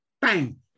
bang